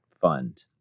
fund